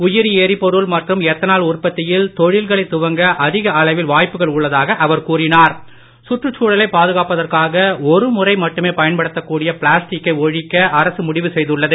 உயிரி எரிபொருள் மற்றும் எத்தனால் உற்பத்தியில் தொழில்களைத் துவங்க அதிக அளவில் வாய்ப்புக்கள் அவர் பாதுகாப்பதற்காக ஒருமுறை மட்டுமே பயன்படுத்தக் கூடிய பிளாஸ்டிக்கை ஒழிக்க அரசு முடிவு செய்துள்ளது